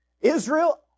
Israel